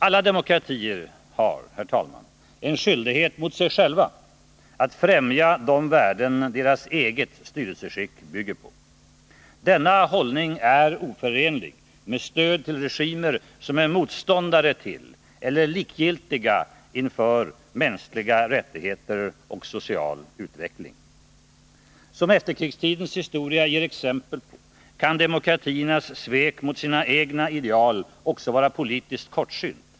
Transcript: Alla demokratier har, herr talman, en skyldighet mot sig själva att främja de värden deras eget styrelseskick bygger på. Denna hållning är oförenlig med stöd till regimer som är motståndare till eller likgiltiga inför mänskliga rättigheter och social utveckling. Som efterkrigstidens historia ger exempel på kan demokratiernas svek mot sina egna ideal också vara politiskt kortsynt.